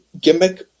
gimmick